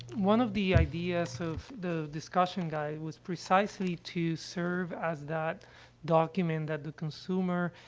one of the ideas of the discussion guide was precisely to serve as that document that the consumer,